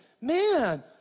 man